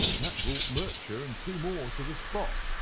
that brought murcher and two more to the spot.